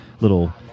little